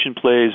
plays